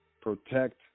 protect